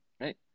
right